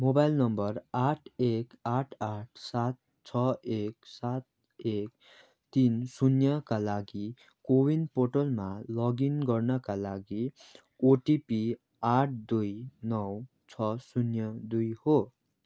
mobile number आठ एक आठ आठ सात छ एक सात एक तिन शून्यका लागि कोविन पोर्टलमा लगइन गर्नाका लागि ओटिपी आठ दुई नौ छ शून्य दुई हो